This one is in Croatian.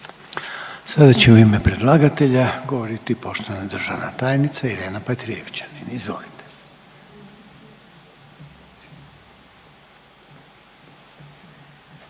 Sada će u ime predlagatelja govoriti poštovana državna tajnica Irena Petrijevčanin. Izvolite.